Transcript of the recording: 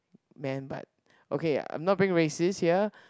man but okay I'm not being racist here